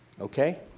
okay